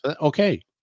Okay